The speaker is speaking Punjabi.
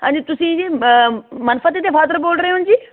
ਹਾਂਜੀ ਤੁਸੀਂ ਜੀ ਮਨਫਤਿਹ ਦੇ ਫਾਦਰ ਬੋਲ ਰਹੇ ਹੋ ਜੀ